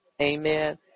Amen